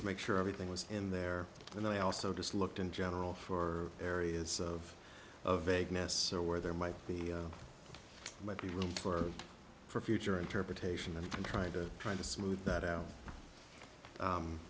to make sure everything was in there and i also just looked in general for areas of vagueness or where there might be might be room for for future interpretation and kind of trying to smooth that out